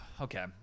okay